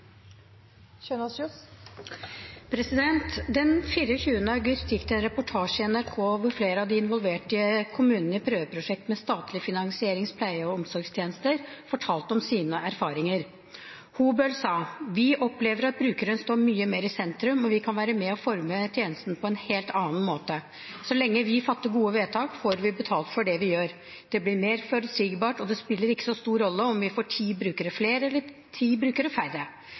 Den 24. august var det en reportasje i NRK hvor flere av de involverte kommunene i prøveprosjekt med statlig finansiering av pleie- og omsorgstjenester fortalte om sine erfaringer. I Hobøl sa man: «Vi opplever at brukeren står mye mer i sentrum, og at vi kan være med å forme tjenesten på en helt annen måte enn vi kunne før.» Videre: «Så lenge vi fatter gode vedtak får vi betalt for det vi gjør. Det blir mer forutsigbart, og det spiller ikke så stor rolle om vi får ti brukere flere eller ti brukere færre.»